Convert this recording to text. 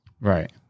Right